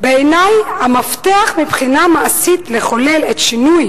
"בעיני המפתח מבחינה מעשית לחולל את השינוי,